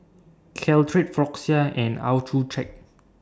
Caltrate Floxia and Accucheck